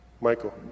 Michael